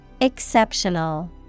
Exceptional